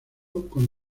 con